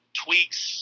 tweaks